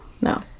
No